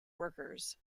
workers